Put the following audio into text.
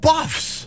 Buffs